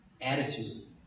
Attitude